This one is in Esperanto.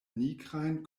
nigrajn